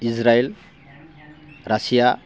Israel Russia